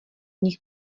nich